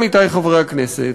עמיתי חברי הכנסת,